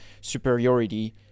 superiority